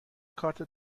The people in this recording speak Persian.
کارت